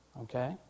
Okay